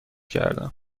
کردم